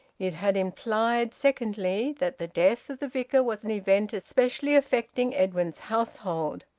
it had implied, secondly, that the death of the vicar was an event specially affecting edwin's household.